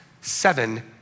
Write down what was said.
seven